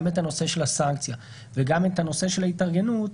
גם את הנושא של הסנקציה וגם את הנושא של ההתארגנות,